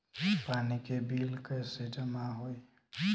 पानी के बिल कैसे जमा होयी?